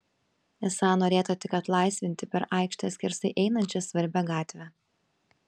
esą norėta tik atlaisvinti per aikštę skersai einančią svarbią gatvę